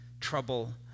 trouble